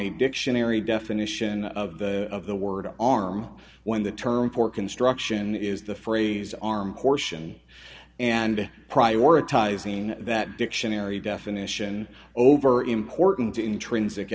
a dictionary definition of the word arm when the term for construction is the phrase arm portion and prioritizing that dictionary definition over important intrinsic